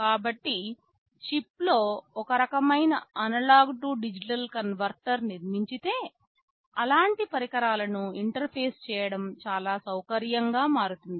కాబట్టి చిప్లో ఒకరకమైన అనలాగ్ టు డిజిటల్ కన్వర్టర్ నిర్మించి తే అలాంటి పరికరాలను ఇంటర్ఫేస్ చేయడం చాలా సౌకర్యంగా మారుతుంది